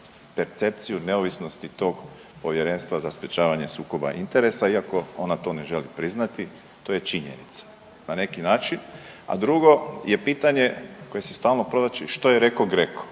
neovisnosti tog Povjerenstva za sprječavanje sukoba interesa iako ona to ne želi priznati, to je činjenica, na neki način, a drugo što se stalno provlači, što je reko GRECO.